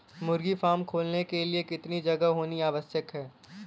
मुर्गी फार्म खोलने के लिए कितनी जगह होनी आवश्यक है?